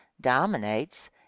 dominates